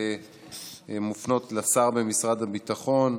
שמופנות לשר במשרד הביטחון,